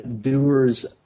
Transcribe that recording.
doers